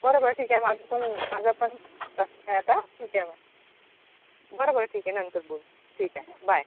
बरं बरं ठीक आहे माझं पण माझं पण तासिका आहे आता ठीक आहे मग बरं बरं ठीक आहे नंतर बोल ठीक आहे बाय